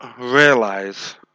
realize